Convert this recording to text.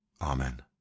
Amen